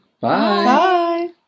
Bye